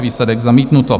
Výsledek: zamítnuto.